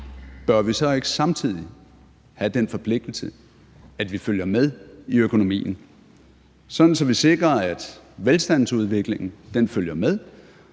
bør vi så ikke samtidig have den forpligtelse, at vi følger med i økonomien, sådan at vi sikrer, at velstandsudviklingen følger med,